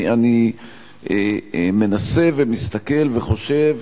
אני מנסה ומסתכל וחושב.